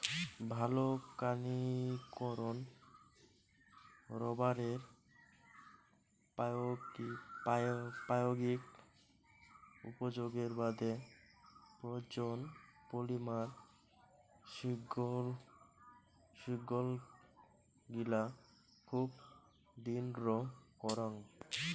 ভালকানীকরন রবারের প্রায়োগিক উপযোগের বাদে প্রয়োজন, পলিমার শৃঙ্খলগিলা খুব দৃঢ় করাং